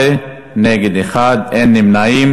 בעד, 17, נגד, 1, אין נמנעים.